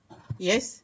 yes